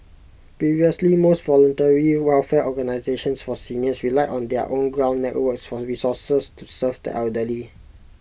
previously most voluntary welfare organisations for seniors relied on their own ground networks for resources to serve the elderly